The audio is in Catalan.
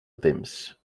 temps